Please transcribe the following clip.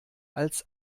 als